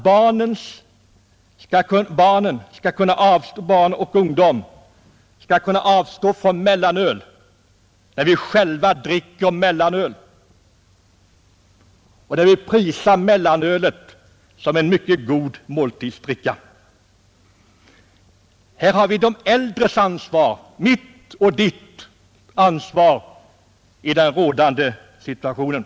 Hur skall vi kunna begära att barn och ungdom skall kunna avstå från mellanöl, när vi själva dricker mellanöl, och när vi prisar mellanölet som en mycket god måltidsdryck? Här har vi äldre, du och jag, ett ansvar i den rådande situationen.